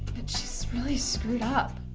she's really screwed up.